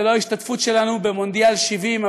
זה לא ההשתתפות שלנו במונדיאל 70',